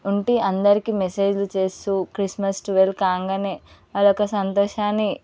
ఉంటే అందరికీ మెసేజ్లు చేస్తూ క్రిస్మస్ మెసేజ్లు ట్వల్వ్ కాగానే అది ఒక సంతోషాన్ని